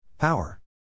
Power